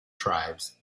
tribes